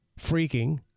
freaking